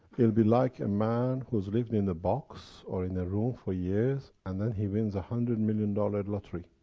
it will be like a man who has lived in a box, or in a room for years, and then he wins one hundred million dollar lottery.